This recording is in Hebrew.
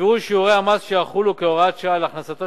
נקבעו שיעורי המס שיחולו כהוראת שעה על הכנסתו